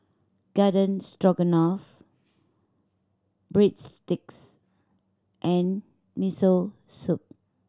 Garden Stroganoff Breadsticks and Miso Soup